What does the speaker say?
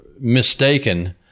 mistaken